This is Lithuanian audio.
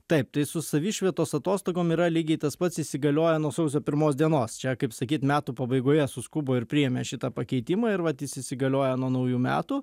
taip tai su savišvietos atostogom yra lygiai tas pats įsigaliojo nuo sausia pirmos dienos čia kaip sakyt metų pabaigoje suskubo ir priėmė šitą pakeitimą ir vat jis įsigalioja nuo naujų metų